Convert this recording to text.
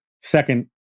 second